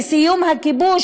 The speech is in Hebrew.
לסיום הכיבוש,